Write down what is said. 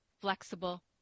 flexible